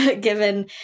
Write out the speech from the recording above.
given